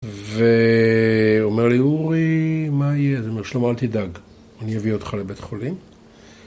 ואומר לי, אורי, מה יהיה, זה אומר, שלמה, אל תדאג, אני אביא אותך לבית החולים.